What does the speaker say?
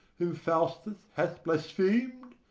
whom faustus hath blasphemed!